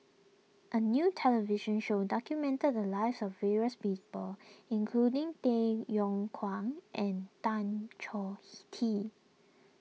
a new television show documented the lives of various people including Tay Yong Kwang and Tan Choh he Tee